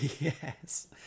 Yes